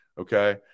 Okay